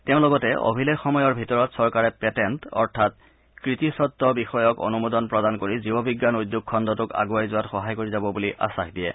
তেওঁ লগতে অভিলেখ সময়ৰ ভিতৰত চৰকাৰে পেটেণ্ট অৰ্থাৎ কৃতি স্বত্ব বিষয়ক অনূমোদন প্ৰদান কৰি জীৱ বিজ্ঞান উদ্যোগ খণ্ডটোক আণ্ডৱাই যোৱাত সহায় কৰি যাব বুলি আখাস দিয়ে